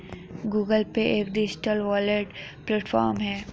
Google Pay एक digital wallet platform है